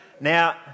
Now